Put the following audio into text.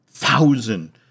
thousand